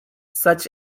such